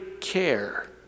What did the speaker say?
care